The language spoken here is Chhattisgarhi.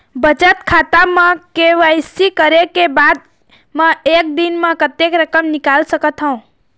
बचत खाता म के.वाई.सी करे के बाद म एक दिन म कतेक रकम निकाल सकत हव?